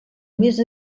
més